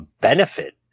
benefit